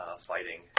fighting